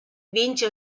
vince